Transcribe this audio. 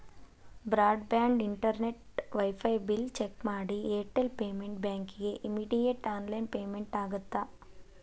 broad band internet wifi bill check ಮಾಡಿ Airtel payment ಬ್ಯಾಂಕಿಗಿ immediate online payment ಆಗತ್ತಾ